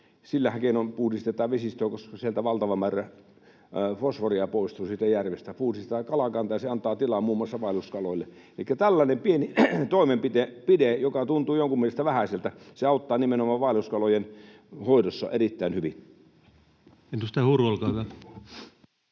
Sillä keinoin puhdistetaan vesistöjä, koska valtava määrä fosforia poistui siitä järvestä. Se puhdistaa sitä kalakantaa, ja se antaa tilaa muun muassa vaelluskaloille. Elikkä tällainen pieni toimenpide, joka tuntuu jonkun mielestä vähäiseltä, auttaa nimenomaan vaelluskalojen hoidossa erittäin hyvin.